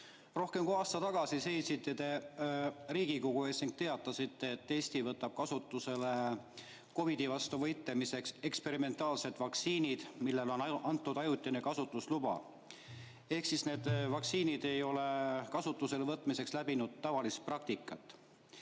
rohkem kui aasta tagasi seisite te Riigikogu ees ning teatasite, et Eesti võtab kasutusele COVID‑i vastu võitlemiseks eksperimentaalsed vaktsiinid, millele on antud ajutine kasutusluba. Ehk need vaktsiinid ei ole kasutusele võtmiseks läbinud tavalist praktikat.